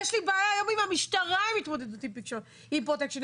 יש לי בעיה היום עם המשטרה בעניין התמודדות עם פרוטקשן.